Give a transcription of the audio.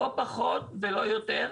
לא פחות ולא יותר,